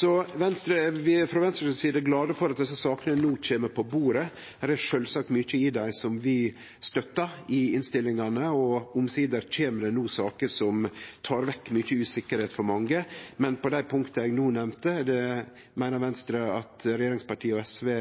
Frå Venstre si side er vi glade for at desse sakene no kjem på bordet. Det er sjølvsagt mykje i innstillingane som vi støttar. Omsider kjem det no saker som tek vekk mykje usikkerheit for mange, men på dei punkta eg no nemnde, meiner Venstre at regjeringspartia og SV